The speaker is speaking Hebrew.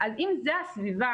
אז אם זו הסביבה,